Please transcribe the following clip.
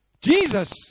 Jesus